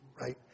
Right